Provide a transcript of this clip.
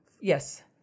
Yes